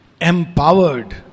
Empowered